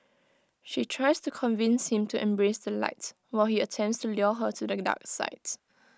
she tries to convince him to embrace the light while he attempts to lure her to the dark sides